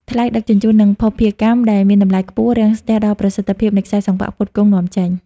ថ្លៃដឹកជញ្ជូន និងភស្តុភារកម្ម ដែលមានតម្លៃខ្ពស់ រាំងស្ទះដល់ប្រសិទ្ធភាពនៃខ្សែសង្វាក់ផ្គត់ផ្គង់នាំចេញ។